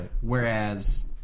Whereas